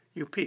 UP